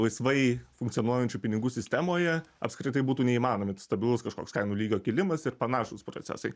laisvai funkcionuojančių pinigų sistemoje apskritai būtų neįmanomi stabilus kažkoks kainų lygio kilimas ir panašūs procesai